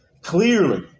clearly